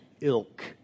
ilk